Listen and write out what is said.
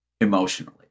emotionally